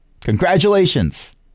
Congratulations